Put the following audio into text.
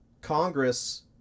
Congress